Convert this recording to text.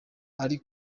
ari